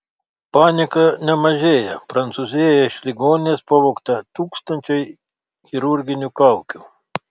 panika nemažėją prancūzijoje iš ligoninės pavogta tūkstančiai chirurginių kaukių